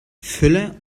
füller